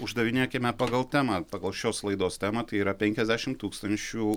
uždavinėkime pagal temą pagal šios laidos temą tai yra penkiasdešimt tūkstančių